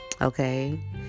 Okay